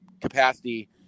capacity